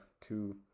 two